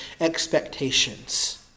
expectations